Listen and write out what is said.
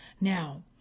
Now